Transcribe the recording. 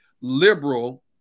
liberal